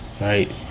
Right